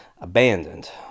Abandoned